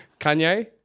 Kanye